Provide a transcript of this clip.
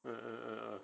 ya